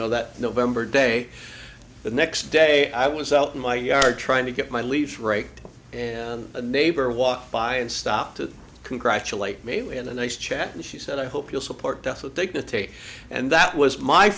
know that november day the next day i was out in my yard trying to get my leaves raked and a neighbor walked by and stopped to congratulate me we had a nice chat and she said i hope you'll support death with dignity and that was my